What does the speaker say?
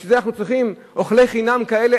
בשביל זה אנחנו צריכים אוכלי חינם כאלה?